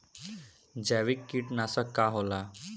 जैविक कीटनाशक का होला?